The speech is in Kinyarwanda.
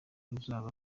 uzaba